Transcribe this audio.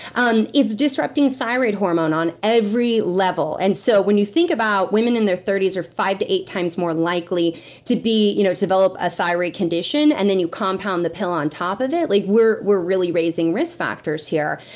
and it's disrupting thyroid hormone on every level, and so when you think about women in their thirty s are five to eight times more likely to you know develop a thyroid condition, and then you compound the pill on top of it. like we're we're really raising risk factors here.